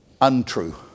untrue